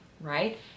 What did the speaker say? right